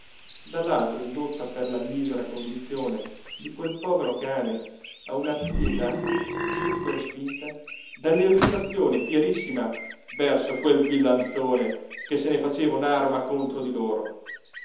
dall'altro indotta per la misera condizione di quel povero cane a una pietà subito respinta dall'irritazione fierissima verso quel villanzone che se ne faceva un'arma contro di loro